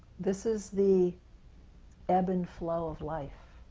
this is the ebb and flow of life.